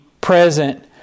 present